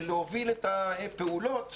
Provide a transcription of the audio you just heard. להוביל את הפעולות